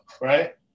right